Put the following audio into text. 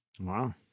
Wow